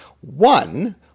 One